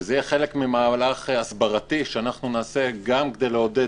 זה יהיה חלק ממהלך הסברתי שנעשה גם כדי לעודד